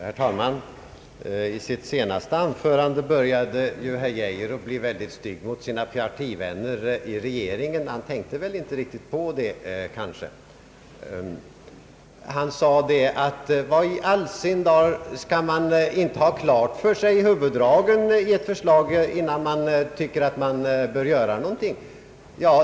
Herr talman! I sitt senaste anförande var herr Geijer riktigt stygg mot sina partivänner i regeringen, men det tänkte han kanske inte på. Herr Geijer sade ju: Skall man inte ha huvuddragen klara för sig i ett förslag, innan man anser att något bör göras?